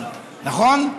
נכון?